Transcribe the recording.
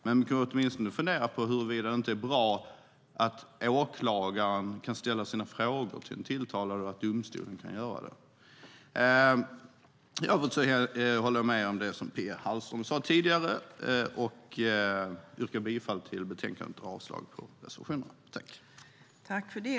Men ni skulle åtminstone kunna fundera på huruvida det inte vore bra om åklagaren och domstolen kunde ställa sina frågor till den tilltalade. I övrigt håller jag med om det Pia Hallström sade tidigare. Jag yrkar bifall till förslaget i betänkandet och avslag på reservationerna.